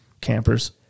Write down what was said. campers